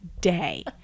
day